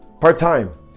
Part-time